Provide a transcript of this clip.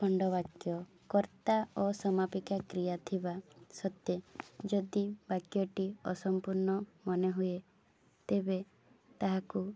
ଖଣ୍ଡବାକ୍ୟ କର୍ତ୍ତା ଓ ସମାପିକା କ୍ରିୟା ଥିବା ସତ୍ତ୍ୱେ ଯଦି ବାକ୍ୟଟି ଅସମ୍ପୂର୍ଣ୍ଣ ମନେହୁଏ ତେବେ ତାହାକୁ